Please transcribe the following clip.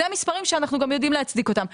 אלה המספרים שאנחנו גם יודעים להצדיק אותם.